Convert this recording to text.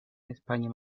españa